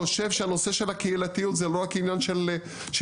חושב שהנושא של הקהילתיות זה לא רק עניין של הפריפריה.